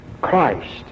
Christ